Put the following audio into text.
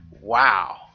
Wow